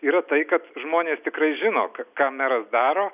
yra tai kad žmonės tikrai žino ką ką meras daro